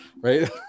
right